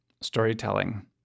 storytelling